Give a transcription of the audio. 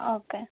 okay